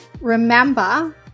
Remember